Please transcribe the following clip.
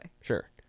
Sure